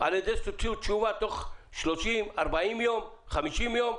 על ידי שתוציאו תשובה תוך 30, 40 יום, 50 יום.